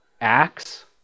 axe